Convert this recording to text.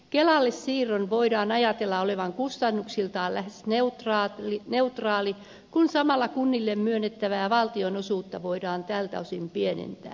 kelalle siirron voidaan ajatella olevan kustannuksiltaan lähes neutraali kun samalla kunnille myönnettävää valtionosuutta voidaan tältä osin pienentää